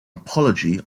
apology